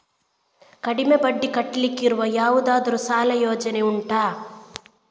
ಕಡಿಮೆ ಬಡ್ಡಿ ಕಟ್ಟಲಿಕ್ಕಿರುವ ಯಾವುದಾದರೂ ಸಾಲ ಯೋಜನೆ ಉಂಟಾ